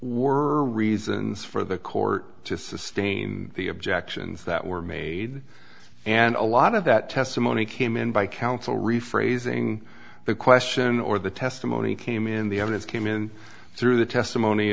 were reasons for the court to sustain the objections that were made and a lot of that testimony came in by counsel rephrasing the question or the testimony came in the evidence came in through the testimony